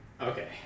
Okay